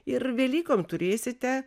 ir velykom turėsite